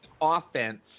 offense